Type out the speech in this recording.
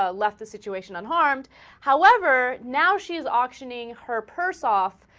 ah left the situation unharmed however now she's auctioning her purse off